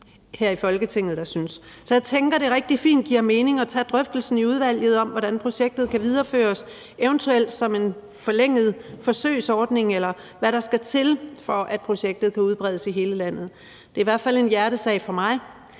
her i Folketinget der synes. Så jeg tænker, at det rigtig fint giver mening at tage drøftelsen i udvalget af, hvordan projektet kan videreføres, eventuelt som en forlænget forsøgsordning, eller hvad der skal til, for at projektet kan udbredes i hele landet. Det er i hvert fald en hjertesag for mig,